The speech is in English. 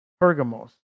Pergamos